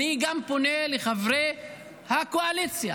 אני פונה לחברי הקואליציה,